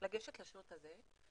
לגשת לשירות הזה,